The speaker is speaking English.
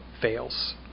fails